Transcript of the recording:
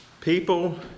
people